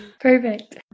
Perfect